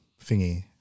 thingy